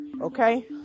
Okay